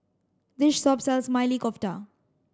this shop sells Maili Kofta